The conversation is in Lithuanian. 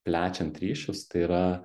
plečiant ryšius tai yra